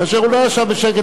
כאשר הוא לא ישב בשקט,